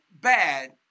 bad